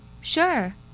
Sure